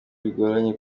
bigoranye